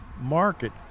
market